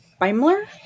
Beimler